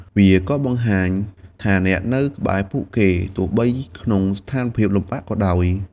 វាក៏បង្ហាញថាអ្នកនៅក្បែរពួកគេ ទោះបីក្នុងស្ថានភាពលំបាកក៏ដោយ។